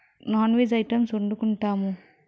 non veg items వండుకుంటాము